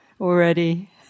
already